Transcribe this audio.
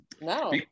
No